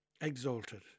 exalted